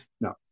No